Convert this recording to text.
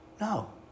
No